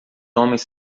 homens